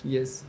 Yes